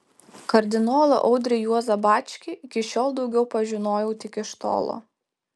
kardinolą audrį juozą bačkį iki šiol daugiau pažinojau tik iš tolo